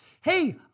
Hey